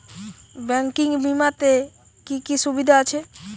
Banking বিমাতে কি কি সুবিধা আছে?